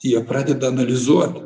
jie pradeda analizuot